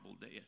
death